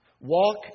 walk